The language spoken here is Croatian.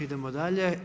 Idemo dalje.